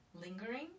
lingering